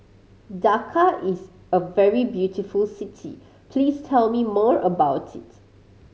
Dakar is a very beautiful city please tell me more about it